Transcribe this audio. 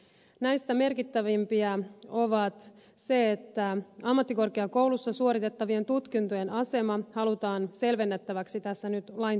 näistä merkittävimpiä on se että ammattikorkeakoulussa suoritettavien tutkintojen asema halutaan selvennettäväksi tässä nyt lain tasolla